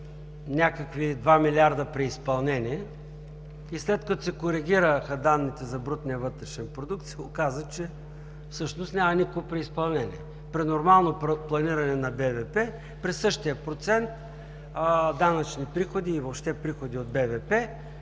някакви два милиарда преизпълнение и след като се коригираха данните за брутния вътрешен продукт се оказа, че всъщност няма никакво преизпълнение. При нормално планиране на брутен вътрешен продукт, през същия процент данъчни приходи и въобще приходи от